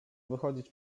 wychodzić